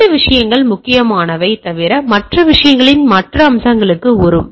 இவை 2 விஷயங்கள் முக்கியமானவை தவிர மற்ற விஷயங்களின் மற்ற அம்சங்களுக்கு வரும்